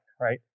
right